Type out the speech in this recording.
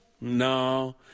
No